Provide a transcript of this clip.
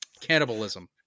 cannibalism